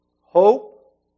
hope